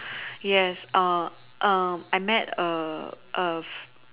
yes err um I met a a f~